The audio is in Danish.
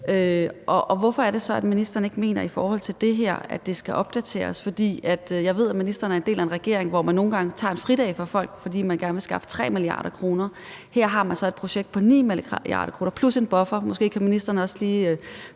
og hvorfor er det så, at ministeren i forhold til det her ikke mener, at det skal opdateres? For jeg ved, at ministeren er en del af en regering, hvor man nogle gange tager en fridag fra folk, fordi man gerne vil skaffe 3 mia. kr. Her har man så et projekt på 9 mia. kr. plus en buffer. Måske kan ministeren også lige